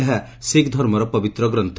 ଏହା ଶିଖ୍ଧର୍ମର ପବିତ୍ର ଗ୍ରନ୍ଥ